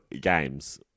games